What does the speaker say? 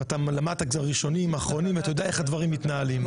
למדת ראשונים ואחרונים ואתה יודע איך הדברים מתנהלים.